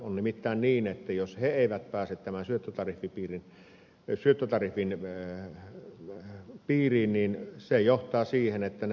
on nimittäin niin että jos he eivät pääse tämän syöttötariffin piiriin se johtaa siihen että he menevät konkurssiin